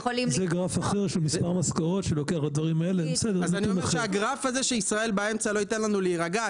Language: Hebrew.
הגרף הזה שישראל באמצע, לא ייתן לנו להירגע.